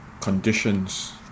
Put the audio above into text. conditions